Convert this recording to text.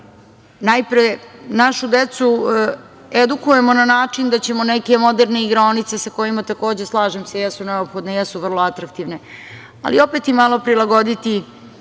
najpre našu decu edukujemo na način da ćemo neke moderne igraonice, koje takođe, slažem se, jesu neophodne, jesu vrlo atraktivne, ali opet ih malo prilagoditi